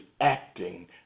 acting